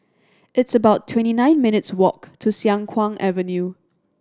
it's about twenty nine minutes' walk to Siang Kuang Avenue